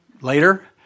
later